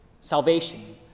salvation